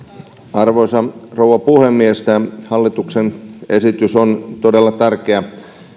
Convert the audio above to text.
arvoisa rouva puhemies tämä hallituksen esitys on todella tärkeä